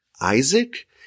Isaac